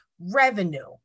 revenue